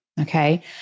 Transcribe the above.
Okay